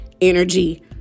energy